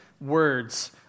words